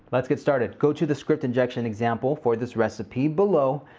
let's get started. go to the script injection example for this recipe below,